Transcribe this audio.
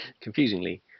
confusingly